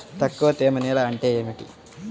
తక్కువ తేమ నేల అంటే ఏమిటి?